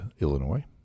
Illinois